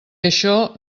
això